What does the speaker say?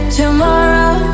tomorrow